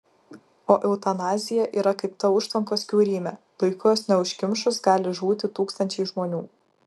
o eutanazija yra kaip ta užtvankos kiaurymė laiku jos neužkimšus gali žūti tūkstančiai žmonių